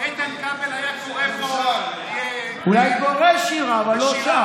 איתן כבל היה קורא פה, אולי קורא שירה, אבל לא שר.